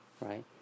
right